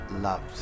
loved